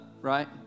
right